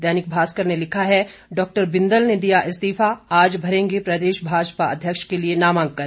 दैनिक भास्कर ने लिखा है डॉ बिंदल ने दिया इस्तीफा आज भरेंगे प्रदेश भाजपा अध्यक्ष के लिए नामांकन